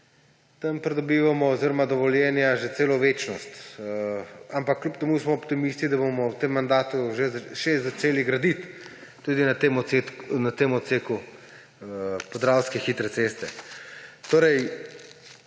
pridobivamo dovoljenja že celo večnost. Ampak kljub temu smo optimisti, da bomo še v tem mandatu začeli graditi tudi na tem odseku podravske hitre ceste.